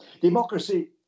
democracy